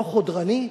לא חודרני,